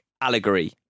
allegory